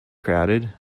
crowded